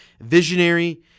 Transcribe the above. visionary